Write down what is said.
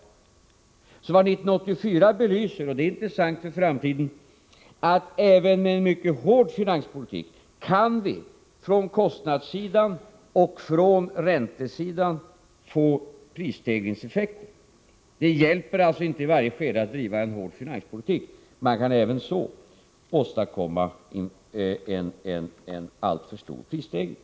Vad 1984 belyser — och det är intressant för framtiden — är att även med en mycket hård finanspolitik kan vi från kostnadssidan och från räntesidan få prisstegringseffekter. Det hjälper alltså inte i varje skede att driva en hård finanspolitik. Man kan även så åstadkomma en alltför stor prisstegring.